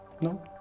No